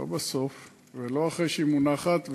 ולא אחרי שהיא מונחת,